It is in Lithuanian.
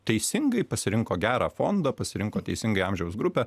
teisingai pasirinko gerą fondą pasirinko teisingai amžiaus grupę